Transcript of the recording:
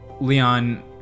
Leon